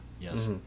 Yes